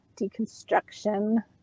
deconstruction